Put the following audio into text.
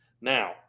Now